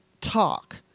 talk